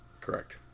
Correct